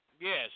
Yes